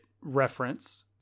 reference